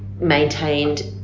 maintained